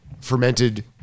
fermented